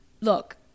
Look